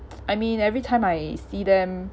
I mean every time I see them